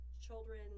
children